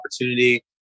opportunity